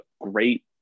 great